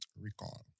recall